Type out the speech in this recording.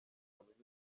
kaminuza